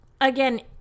again